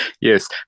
Yes